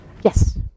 Yes